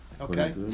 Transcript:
Okay